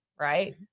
right